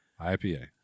IPA